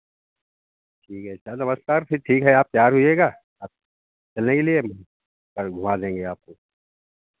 ठीक है अच्छा नमस्कार फिर ठीक है आप तैयार होइएगा आप चलने के लिए हम कल घुमा देंगे आपको